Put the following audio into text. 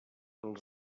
els